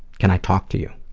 can i talk to you?